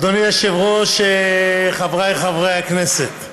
אדוני היושב-ראש, חבריי חברי הכנסת,